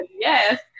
yes